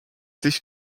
sich